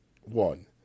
one